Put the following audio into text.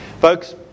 Folks